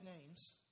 names